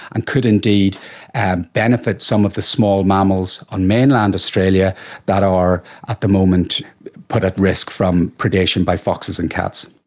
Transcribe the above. and could indeed benefit some of the small mammals on mainland australia that are at the moment put at risk from predation by foxes and cats.